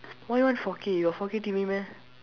why you want four K you got four K T_V meh